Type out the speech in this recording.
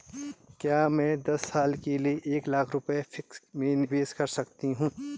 क्या मैं दस साल के लिए एक लाख रुपये फिक्स में निवेश कर सकती हूँ?